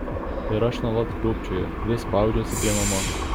ir aš nuolat krūpčioju vis spaudžiuosi prie mamos